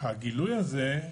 שהגילוי הזה,